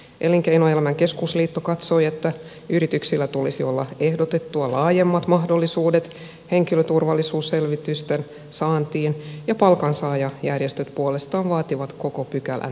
elinkeinoelämän keskusliitto katsoi että yrityksillä tulisi olla ehdotettua laajemmat mahdollisuudet henkilöturvallisuusselvitysten saantiin ja palkansaajajärjestöt puolestaan vaativat koko pykälän poistamista